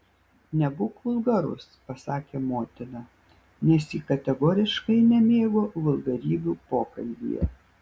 nebūk vulgarus pasakė motina nes ji kategoriškai nemėgo vulgarybių pokalbyje